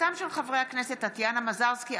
של חברי הכנסת טטיאנה מזרסקי,